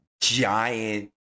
giant